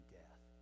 death